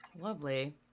Lovely